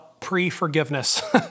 pre-forgiveness